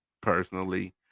personally